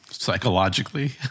psychologically